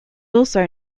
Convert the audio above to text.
also